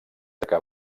que